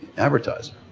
advertiser.